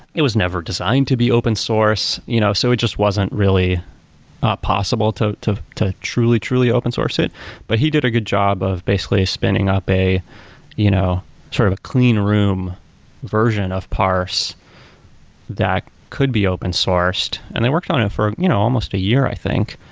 it was never designed to be open source. you know so it just wasn't really possible to to truly-truly open source it but he did a good job of basically spinning up a you know sort of a clean room version of parse that could be open sourced. and they worked on it for you know almost a year, i think.